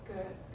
Good